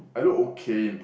I look okay in purple